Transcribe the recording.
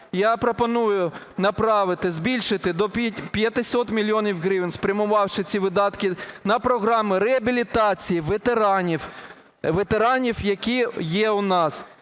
направити, збільшити до 500 мільйонів гривень, спрямувавши ці видатки на програми реабілітації ветеранів, які є у нас